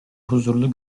huzurlu